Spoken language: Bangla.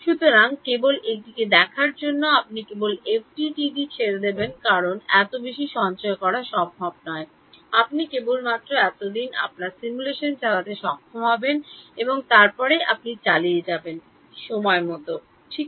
সুতরাং কেবল এটিকে দেখার জন্য আপনি কেবল এফডিটিডি ছেড়ে দেবেন কারণ এত বেশি সঞ্চয় করা সম্ভব নয় আপনি কেবলমাত্র এতদিন আপনার সিমুলেশন চালাতে সক্ষম হবেন এবং তারপরে আপনি চালিয়ে যাবেন সময় ঠিক